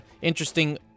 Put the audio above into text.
interesting